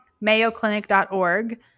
MayoClinic.org